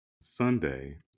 Sunday